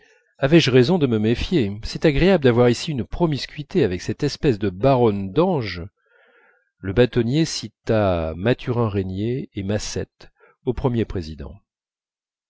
avais-je raison de me méfier c'est agréable d'avoir ici une promiscuité avec cette espèce de baronne d'ange le bâtonnier cita mathurin régnier et macette au premier président